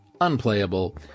unplayable